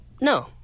No